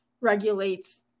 regulates